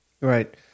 right